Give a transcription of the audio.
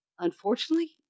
unfortunately